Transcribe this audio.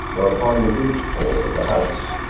or upon the ridge-pole of the house.